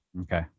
Okay